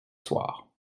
soir